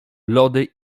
lody